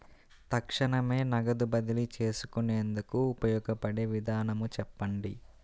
తక్షణమే నగదు బదిలీ చేసుకునేందుకు ఉపయోగపడే విధానము చెప్పండి?